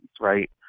right